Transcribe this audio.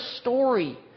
story